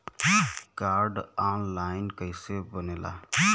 Card online कइसे बनेला?